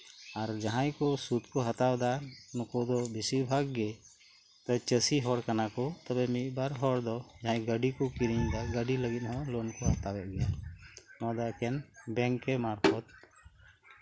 ᱟᱨ ᱡᱟᱸᱦᱟᱭ ᱠᱚ ᱥᱩᱫ ᱠᱚ ᱦᱟᱛᱟᱣᱮᱫᱟ ᱱᱩᱠᱩ ᱫᱚ ᱵᱮᱥᱤᱨ ᱵᱷᱟᱜ ᱜᱮ ᱪᱟᱹᱥᱤ ᱦᱚᱲ ᱠᱟᱱᱟ ᱠᱚ ᱛᱚᱵᱮ ᱢᱤᱫ ᱵᱟᱨ ᱦᱚᱲ ᱫᱚ ᱡᱟᱸᱦᱟᱭ ᱜᱟᱹᱰᱤ ᱠᱚᱠᱚ ᱠᱤᱨᱤᱧᱮᱫᱟ ᱜᱟᱹᱰᱤ ᱞᱟᱹᱜᱤᱫ ᱦᱚᱸ ᱞᱳᱱ ᱠᱚ ᱦᱟᱛᱟᱣᱮᱫᱟ ᱱᱚᱣᱟ ᱫᱚ ᱮᱠᱮᱱ ᱵᱮᱝᱠᱮ ᱢᱟᱨᱯᱷᱚᱛ